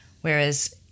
Whereas